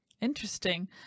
Interesting